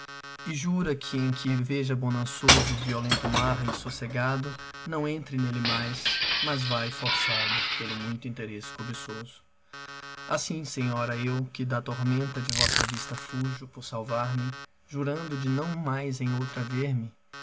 e jura que em que veja bonançoso o violento mar e sossegado não entre nele mais mas vai forçado pelo muito interesse cobiçoso assi senhora eu que da tormenta de vossa vista fujo por salvar me jurando de não mais em outra ver